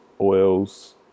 oils